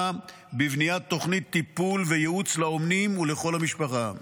בבניית תוכנית טיפול וייעוץ לאומנים ולכל המשפחה.